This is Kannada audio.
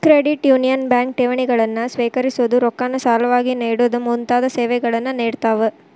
ಕ್ರೆಡಿಟ್ ಯೂನಿಯನ್ ಬ್ಯಾಂಕ್ ಠೇವಣಿಗಳನ್ನ ಸ್ವೇಕರಿಸೊದು, ರೊಕ್ಕಾನ ಸಾಲವಾಗಿ ನೇಡೊದು ಮುಂತಾದ ಸೇವೆಗಳನ್ನ ನೇಡ್ತಾವ